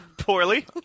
Poorly